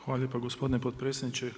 Hvala lijepa gospodine potpredsjedniče.